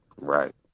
right